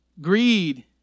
greed